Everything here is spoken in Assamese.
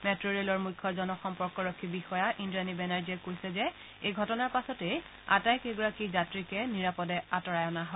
মেট্ট ৰেলৰ মুখ্য জনসম্পৰ্কৰক্ষী বিষয়া ইল্ৰাণী বেনাৰ্জীয়ে কৈছে যে এই ঘটনাৰ পাছতেই আটাইকেইগৰাকী যাত্ৰীকে নিৰাপদে আঁতৰাই অনা হয়